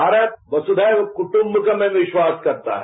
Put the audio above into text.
भारत वसुधैव कुट्म्बकम में विश्वास रखता है